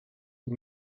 est